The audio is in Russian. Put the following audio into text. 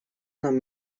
нам